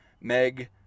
Meg